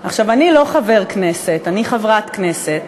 עכשיו, אני לא חבר כנסת, אני חברת כנסת,